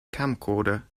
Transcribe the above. camcorder